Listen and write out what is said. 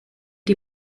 die